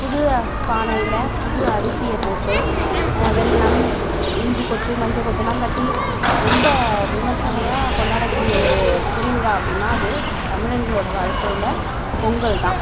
புது பானையில் புது அரிசியை போட்டு வெல்லம் இஞ்சி கொத்து மஞ்சள் கொத்தெல்லாம் கட்டி ரொம்ப விமரிசனையா கொண்டாடக்கூடிய ஒரு திருவிழா அப்படின்னா அது தமிழர்களோட வாழ்க்கையில் பொங்கல் தான்